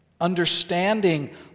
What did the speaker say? Understanding